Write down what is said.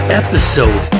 episode